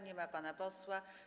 Nie ma pana posła.